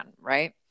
right